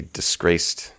disgraced